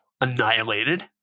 annihilated